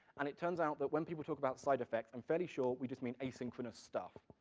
and it turns out that when people talk about side effects, i'm fairly sure we just mean asynchronous stuff.